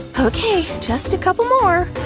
okay, just a couple more,